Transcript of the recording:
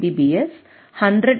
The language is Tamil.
S 100 M